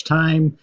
time